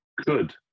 good